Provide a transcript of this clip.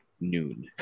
noon